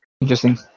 Interesting